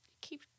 keep